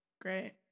great